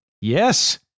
Yes